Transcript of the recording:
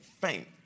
faint